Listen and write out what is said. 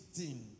15